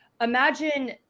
imagine